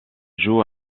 joue